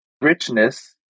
richness